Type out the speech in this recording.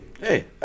Hey